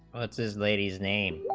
oates's lady's name